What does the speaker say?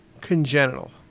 congenital